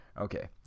Okay